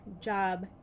job